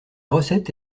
recette